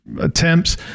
attempts